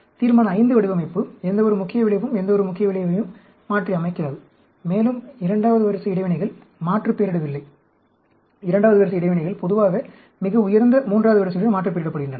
தீர்மான V வடிவமைப்பு எந்தவொரு முக்கிய விளைவும் எந்தவொரு முக்கிய விளைவையும் மாற்றியமைக்காது மேலும் இரண்டாவது வரிசை இடைவினைகள் மாற்றுப்பெயரிடவில்லை இரண்டாவது வரிசை இடைவினைகள் பொதுவாக மிக உயர்ந்த மூன்றாவது வரிசையுடன் மாற்றுப்பெயரிடப்படுகின்றன